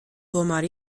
tomēr